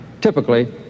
typically